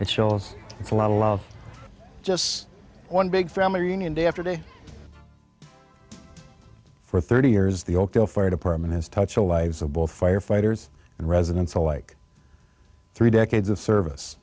it shows it's a lot a lot just one big family reunion day after day for thirty years the oakdale fire department has touch the lives of both firefighters and residents alike three decades of service